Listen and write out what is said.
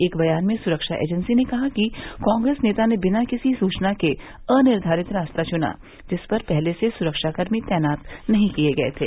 एक बयान में सुरक्षा एर्जेंसी ने कहा कि कांग्रेस नेता ने बिना किसी सूचना के अनिर्धारित रास्ता चुना जिस पर पहले से सुरक्षाकर्मी तैनात नहीं किये गये थे